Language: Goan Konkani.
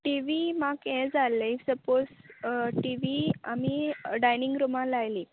टी वी म्हाक हे जाय आल्हे सपोज टी वी आमी डायनींग रुमान लायली